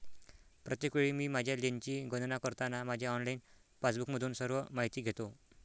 प्रत्येक वेळी मी माझ्या लेनची गणना करताना माझ्या ऑनलाइन पासबुकमधून सर्व माहिती घेतो